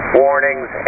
warnings